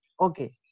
okay